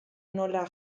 nola